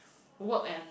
work and